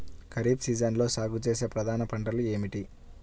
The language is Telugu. ఖరీఫ్ సీజన్లో సాగుచేసే ప్రధాన పంటలు ఏమిటీ?